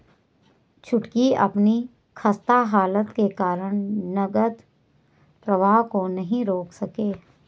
छुटकी अपनी खस्ता हालत के कारण नगद प्रवाह को नहीं रोक सके